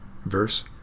verse